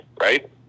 right